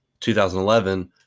2011